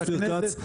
אופיר כץ.